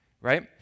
Right